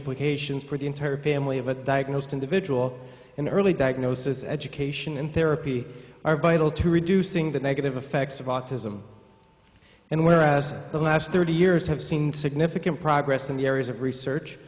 implications for the entire family of a diagnosed individual an early diagnosis education and therapy are vital to reducing the negative effects of autism and whereas the last thirty years have seen significant progress in the areas of research